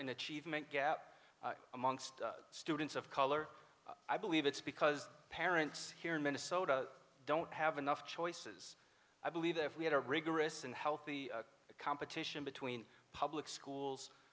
in achievement gap amongst students of color i believe it's because parents here in minnesota don't have enough choices i believe that if we had a rigorous and healthy competition between public schools